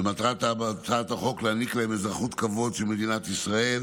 מטרת הצעת החוק היא להעניק להם אזרחות כבוד של מדינת ישראל